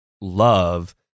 love